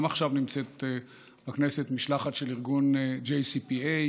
גם עכשיו נמצאת בכנסת משלחת של ארגון JCPA,